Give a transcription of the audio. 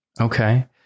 Okay